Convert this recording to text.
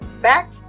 back